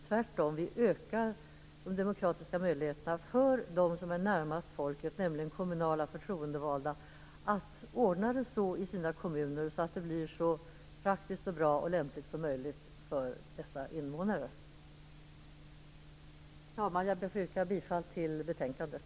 Tvärtom ökar de demokratiska möjligheterna för dem som är närmast folket, nämligen de kommunalt förtroendevalda, att ordna det så att det blir så praktiskt, bra och lämpligt som möjligt för invånarna i kommunerna. Herr talman! Jag ber att få yrka bifall till hemställan i betänkandet.